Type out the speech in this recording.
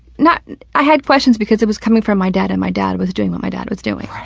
not i had questions because it was coming from my dad, and my dad was doing what my dad was doing.